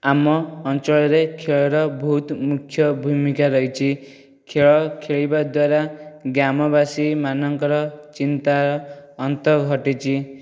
ଆମ ଅଞ୍ଚଳରେ ଖେଳର ବହୁତ୍ ମୁଖ୍ୟ ଭୂମିକା ରହିଛି ଖେଳ ଖେଳିବା ଦ୍ଵାରା ଗ୍ରାମବାସୀ ମାନଙ୍କର ଚିନ୍ତା ଅନ୍ତ ଘଟିଛି